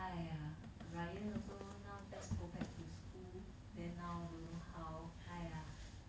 !aiya! ryan also now just go back to school then now don't know how !aiya!